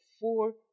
four